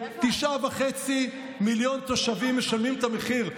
9.5 מיליון תושבים משלמים את המחיר,